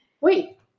Wait